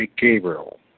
Gabriel